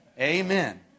Amen